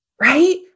right